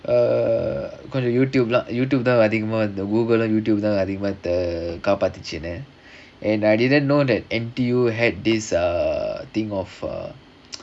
uh gonna YouTube அதிகமா வருது:adhigamaa varuthu YouTube அதிகமா தேவ:adhigamaa theva YouTube தான் காப்பாத்துச்சு என்னையே:thaan kaapaathuchu ennaiyae and I didn't know that N_T_U had this uh thing of uh